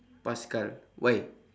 pascal why